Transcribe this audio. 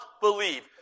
believe